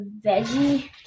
veggie